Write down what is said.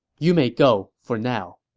you may go for now.